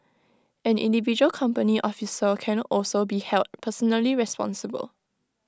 an individual company officer can also be held personally responsible